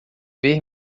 ver